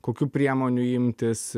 kokių priemonių imtis